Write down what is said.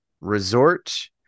Resort